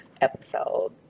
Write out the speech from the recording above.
episode